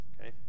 Okay